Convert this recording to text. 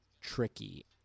tricky